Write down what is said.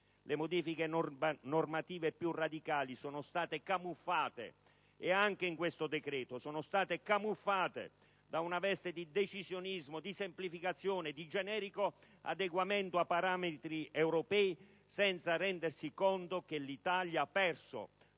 Le modifiche normative più radicali sono state camuffate, anche in questo decreto, da una veste di decisionismo, di semplificazione, di generico adeguamento a parametri europei, senza rendersi conto che l'Italia ha perso